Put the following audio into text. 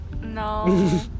No